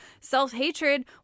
self-hatred